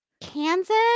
Kansas